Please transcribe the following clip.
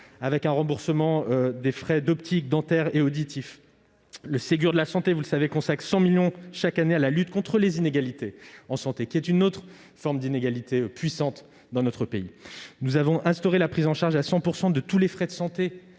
avec un remboursement des frais d'optique, dentaires et auditifs. Le Ségur de la santé consacre 100 millions d'euros chaque année à la lutte contre les inégalités en santé, qui est une autre forme d'inégalité puissante dans notre pays. Nous avons instauré la prise en charge à 100 % de tous les frais de santé